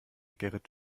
gerrit